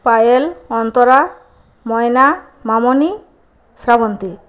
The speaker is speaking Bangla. পায়েল অন্তরা ময়না মামনি শ্রাবন্তী